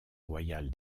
royale